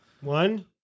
One